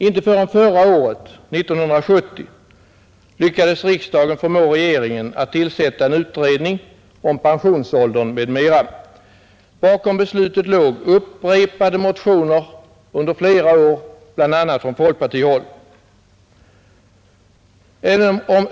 Inte förrän förra året, 1970, lyckades riksdagen förmå regeringen att tillsätta en utredning om pensionsåldern m.m. Bakom beslutet låg upprepade motioner under flera år, bl.a. från folkpartihåll.